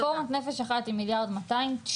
רפורמת "נפש אחת" עם 1.2 מיליארד 900,000